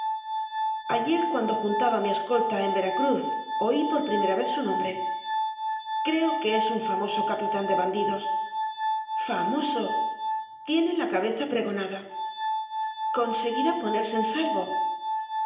ayer cuando juntaba mi escolta en veracruz oí por primera vez su nombre creo que es un famoso capitán de bandidos famoso tiene la cabeza pregonada conseguirá ponerse en salvo